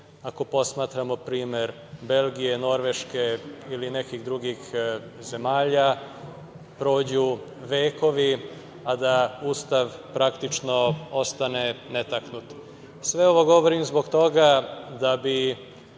ako posmatramo primer Belgije, Norveške ili nekih drugih zemalja, prođu vekovi a da Ustav praktično ostane netaknut. Sve ovo govorim zbog toga da bih